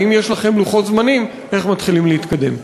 האם יש לכם לוחות זמנים איך מתחילים להתקדם?